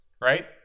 right